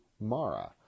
Mara